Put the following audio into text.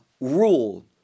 rule